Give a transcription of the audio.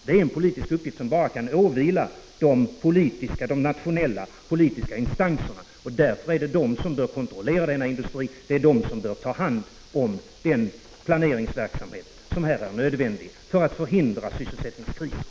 Det är en politisk uppgift som bara kan åvila de nationella politiska instanserna, därför att det är de som bör kontrollera denna industri. Det är de som bör ta hand om den planeringsverksamhet som här är nödvändig för att förhindra sysselsättningskriser.